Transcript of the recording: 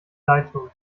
leidtun